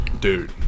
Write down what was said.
Dude